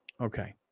okay